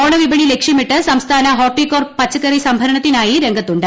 ഓണ വിപണി ലക്ഷ്യമിട്ട് സംസ്ഥാന ഹോർട്ടികോർപ്പ് പച്ചക്കറി സംഭരണത്തിനായി രംഗത്തുണ്ട്